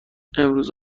امروز